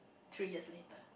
three years later